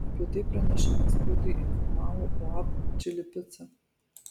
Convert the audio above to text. apie tai pranešime spaudai informavo uab čili pica